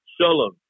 shalom